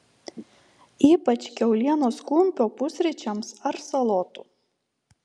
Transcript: ypač kiaulienos kumpio pusryčiams ar salotų